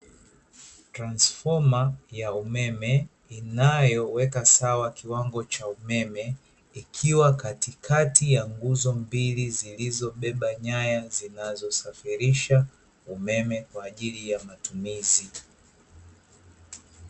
Transifoma ya umeme inayoweka sawa kiwango cha umeme, ikiwa katikati ya nguzo mbili zilizobeba nyaya zinazosafirisha umeme kwa ajili ya matumizi.